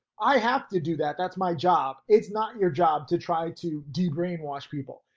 i have to do that, that's my job. it's not your job to try to debrainwash people.